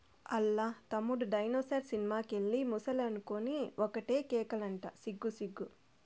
ఆల్ల తమ్ముడు dinosaur cinema కెళ్ళి ముసలనుకొని ఒకటే కేకలంట సిగ్గు సిగ్గు